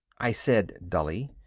i said dully,